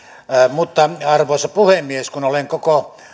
arvoisa puhemies kun olen koko